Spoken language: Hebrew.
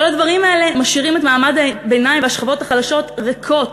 כל הדברים האלה משאירים את מעמד הביניים והשכבות החלשות ריקות,